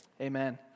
Amen